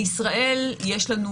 בישראל יש לנו